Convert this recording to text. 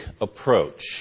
approach